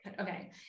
okay